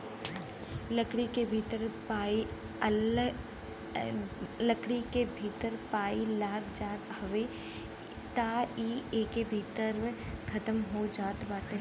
लकड़ी के भीतर पाई लाग जात हवे त इ एके भीतरे भीतर खतम हो जात बाटे